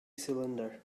cylinder